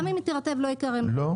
גם אם היא תירטב לא ייגרם נזק.